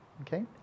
okay